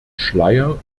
schleier